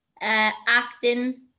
Acting